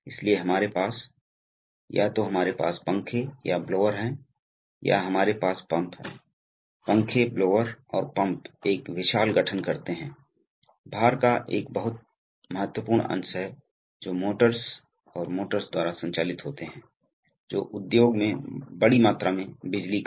इसलिए अनुदेशात्मक उद्देश्यों पर आते हुए पाठ सीखने के बाद छात्रों को न्यूमैटिक प्रणालियों के संचालन के सिद्धांतों का वर्णन करने में सक्षम होना चाहिए और इसके लाभों को समझना चाहिए बुनियादी न्यूमैटिक घटकों से परिचित होना चाहिए और समग्र प्रणाली में उनकी भूमिका क्या है का वर्णन करने में